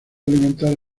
alimentar